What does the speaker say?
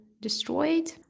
destroyed